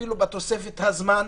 אפילו בתוספת הזמן,